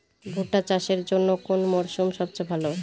ভুট্টা চাষের জন্যে কোন মরশুম সবচেয়ে ভালো?